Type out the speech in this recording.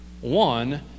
One